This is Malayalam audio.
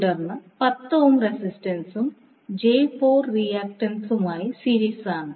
തുടർന്ന് 10 ഓം റെസിസ്റ്റൻസും റിയാക്ടൻസുമായി സീരിസ് ആണ്